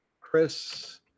Chris